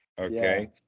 Okay